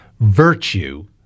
virtue